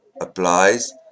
applies